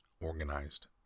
organized